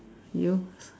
you